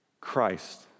Christ